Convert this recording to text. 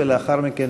ולאחר מכן,